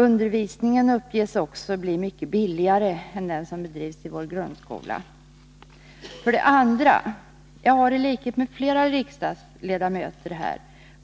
Undervisningen uppges också bli mycket billigare än den som bedrivs i vår grundskola. 2. Jag har i likhet med flera riksdagsledamöter